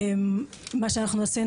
מה אנחנו עשינו,